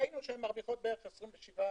ראינו שהן מרוויחות כ-27%,